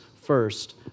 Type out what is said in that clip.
first